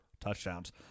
touchdowns